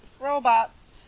robots